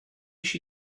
she